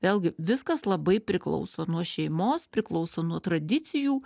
vėlgi viskas labai priklauso nuo šeimos priklauso nuo tradicijų